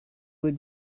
would